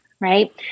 right